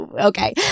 okay